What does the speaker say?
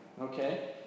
okay